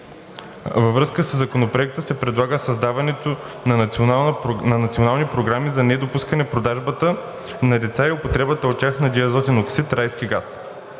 Във връзка със Законопроекта се предлага създаването на национални програми за недопускане продажбата на деца и употребата от тях на диазотен оксид (райски газ),